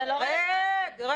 אני